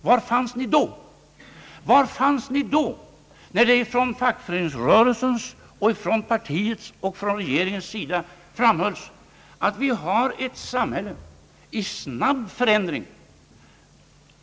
Var fanns ni då när det från fackföreningsrörelsens, från det socialdemokratiska partiets och regeringens sida framhölls att vi lever i ett samhälle i snabb förändring?